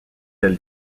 elle